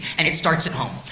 and it starts at home.